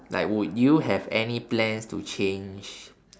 like would you have any plans to change